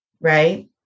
right